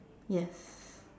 yes